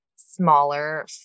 smaller